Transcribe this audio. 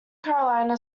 carolina